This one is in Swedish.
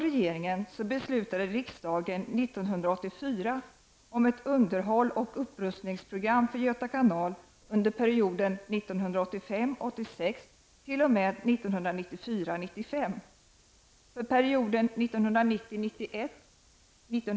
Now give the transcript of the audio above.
milj.kr. per år.